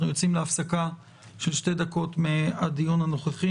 אנחנו יוצאים להפסקה של שתי דקות מהדיון הנוכחי,